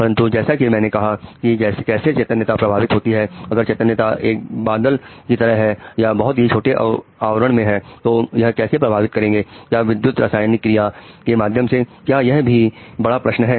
परंतु जैसा कि मैंने कहा कि कैसे चैतन्यता प्रभावित होती है अगर चैतन्यता एक बादल की तरह है या बहुत ही छोटे आवरण में है तो यह कैसे प्रभावित करेगी क्या विद्युत रासायनिक क्रिया के माध्यम से क्या यह भी एक बड़ा प्रश्न है